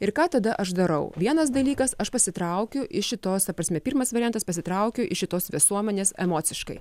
ir ką tada aš darau vienas dalykas aš pasitraukiu iš šitos ta prasme pirmas variantas pasitraukiu iš šitos visuomenės emociškai